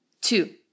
two